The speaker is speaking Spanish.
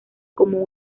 como